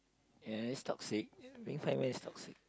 yeah it's toxic is toxic